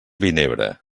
vinebre